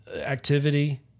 activity